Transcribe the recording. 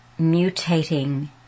Mutating